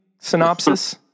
synopsis